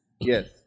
Yes